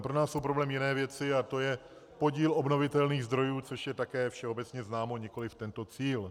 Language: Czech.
Pro nás jsou problém jiné věci a to je podíl obnovitelných zdrojů, což je také všeobecně známo, nikoliv tento cíl.